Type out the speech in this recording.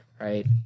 right